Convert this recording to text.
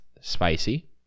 spicy